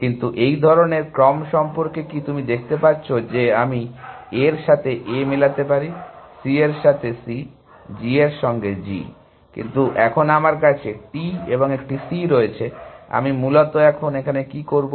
কিন্তু এই ধরনের ক্রম সম্পর্কে কি তুমি দেখতে পাচ্ছ যে আমি A এর সাথে A মেলাতে পারি C এর সাথে C G এর সঙ্গে G কিন্তু এখন আমার কাছে T এবং একটি C রয়েছে আমি মূলত এখানে কি করব